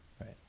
right